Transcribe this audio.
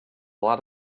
lot